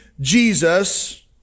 Jesus